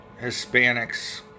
Hispanics